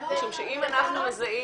משום שאם אנחנו מזהים